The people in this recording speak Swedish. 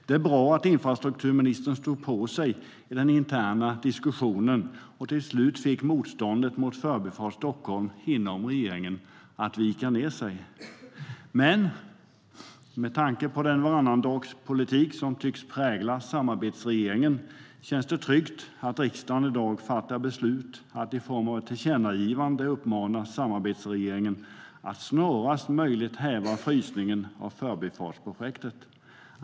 Det är bra att infrastrukturministern stod på sig i den interna diskussionen och till slut fick motståndet mot Förbifart Stockholm inom regeringen att vika ned sig. Med tanke på den varannandagspolitik som tycks prägla samarbetsregeringen känns det dock tryggt att riksdagen i dag fattar beslutet att i form av ett tillkännagivande uppmana samarbetsregeringen att snarast möjligt häva frysningen av Förbifartsprojektet.